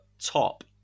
top